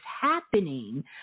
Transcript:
happening